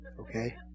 Okay